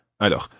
Alors